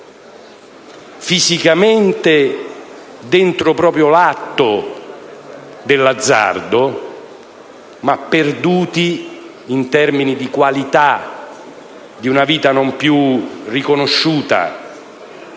fisicamente dentro l'atto dell'azzardo. Perduti in termini di qualità di una vita non più riconosciuta,